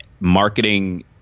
Marketing